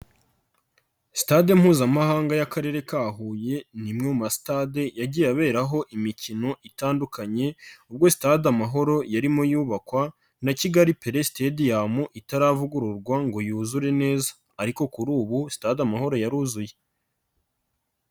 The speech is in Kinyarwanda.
Sitade mpuzamahanga y'Akarere ka Huye ni imwe mu ma sitade yagiye aberaho imikino itandukanye ubwo sitade Amahoro yari irimo yubakwa na Kigali Pele Stadium itaravugururwa ngo yuzure neza ariko kuri ubu sitade Amahoro yaruzuye.